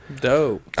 Dope